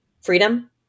freedom